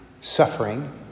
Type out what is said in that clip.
suffering